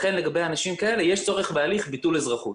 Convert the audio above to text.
לכן לגבי אנשים כאלה יש צורך בהליך ביטול אזרחות